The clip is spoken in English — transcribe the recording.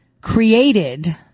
created